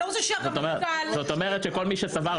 אני לא רוצה שהרמטכ"ל --- זאת אומרת שכל מי שסבר,